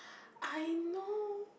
I know